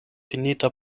finita